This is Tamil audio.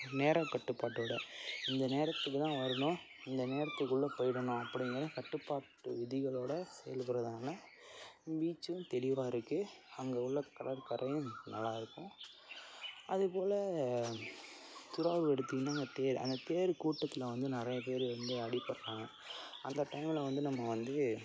நேரக்கட்டுப்பாட்டோட இந்த நேரத்துக்கு தான் வரணும் இந்த நேரத்துக்குள்ளே போயிடணும் அப்படின்னு கட்டுப்பாட்டு விதிகளோடு செயல்படுறதனால பீச்சும் தெளிவாக இருக்குது அங்கே உள்ள கடற்கரையும் நல்லா இருக்கும் அதேபோல் திருவாரூர் எடுத்தீங்கன்னா அந்த தேர் அந்த தேர் கூட்டத்தில் வந்து நிறைய பேர் வந்து அடிபட்டாங்க அந்த டைமில் வந்து நம்ம வந்து